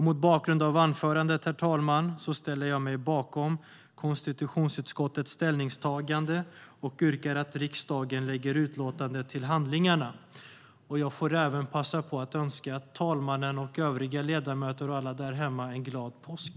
Mot bakgrund av anförandet, herr talman, ställer jag mig bakom konstitutionsutskottets ställningstagande och yrkar att riksdagen lägger utlåtandet till handlingarna. Jag får även passa på att önska talmannen, övriga ledamöter och alla där hemma en glad påsk.